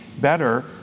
better